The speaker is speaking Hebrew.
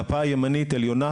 גפה ימנית עליונה,